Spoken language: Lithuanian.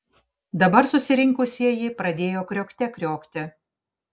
dabar susirinkusieji pradėjo kriokte kriokti